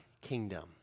kingdom